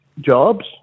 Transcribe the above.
jobs